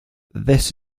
this